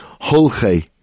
holchei